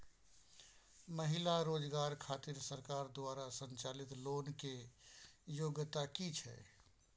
महिला रोजगार खातिर सरकार द्वारा संचालित लोन के योग्यता कि छै?